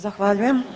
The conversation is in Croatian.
Zahvaljujem.